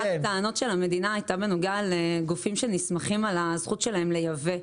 אחת הטענות של המדינה הייתה בנוגע לגופים שנסמכים על הזכות שלהם לייבוא.